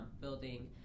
building